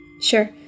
Sure